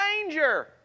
danger